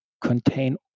contain